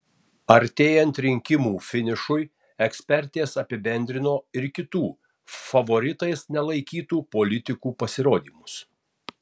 artėjant rinkimų finišui ekspertės apibendrino ir kitų favoritais nelaikytų politikų pasirodymus